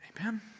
Amen